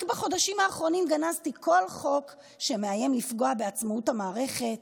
רק בחודשים האחרונים גנזתי כל חוק שמאיים לפגוע בעצמאות המערכת,